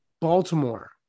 Baltimore